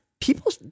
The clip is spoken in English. People